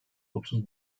otuz